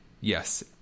Yes